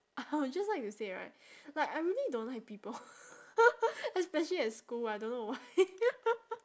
I would just like to say right like I really don't like people especially at school I don't know why